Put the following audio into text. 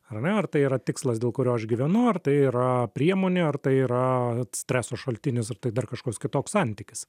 ar ne ar tai yra tikslas dėl kurio aš gyvenu ar tai yra priemonė ar tai yra streso šaltinis ar tai dar kažkoks kitoks santykis